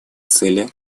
цели